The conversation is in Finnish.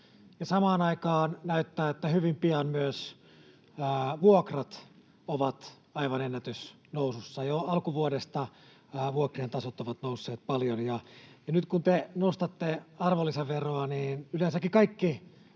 samaan aikaan näyttää, että hyvin pian myös vuokrat ovat aivan ennätysnousussa — jo alkuvuodesta vuokrien tasot ovat nousseet paljon. Nyt kun te nostatte arvonlisäveroa, niin yleensäkin kaikki